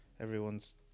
Everyone's